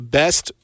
best